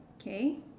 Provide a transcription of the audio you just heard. okay